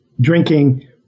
drinking